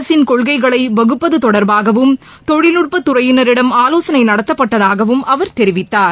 அரசின் கொள்கைகளை வகுப்பது தொடர்பாகவும் தொழில்நுட்பத் துறையினரிடம் ஆலோசனை நடத்தப்பட்டதாகவும் அவர் தெரிவித்தார்